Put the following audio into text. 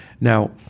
Now